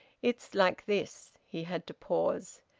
it's like this he had to pause.